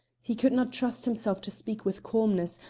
he could not trust himself to speak with calmness,